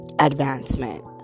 advancement